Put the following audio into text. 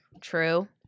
True